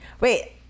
Wait